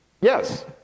Yes